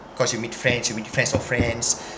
cause you meet friends you meet friends of friends